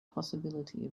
possibility